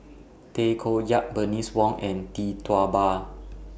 Tay Koh Yat Bernice Wong and Tee Tua Ba